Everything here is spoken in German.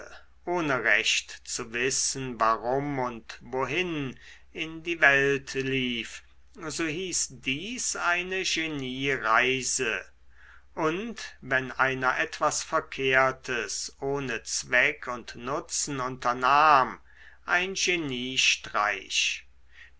ohne recht zu wissen warum und wohin in die welt lief so hieß dies eine geniereise und wenn einer etwas verkehrtes ohne zweck und nutzen unternahm ein